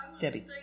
Debbie